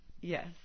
Yes